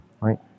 right